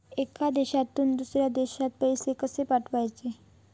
एका देशातून दुसऱ्या देशात पैसे कशे पाठवचे?